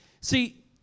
See